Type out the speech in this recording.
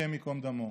השם ייקום דמו.